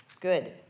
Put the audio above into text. Good